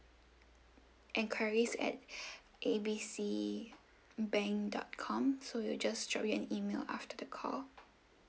enquiries at A B C bank dot com so we'll just drop you an email after the call